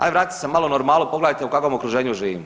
Ajd vratite se malo u normalu, pogledajte u kakvom okruženju živimo.